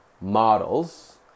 models